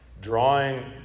drawing